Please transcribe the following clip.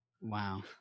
Wow